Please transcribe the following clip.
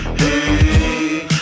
hey